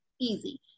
easy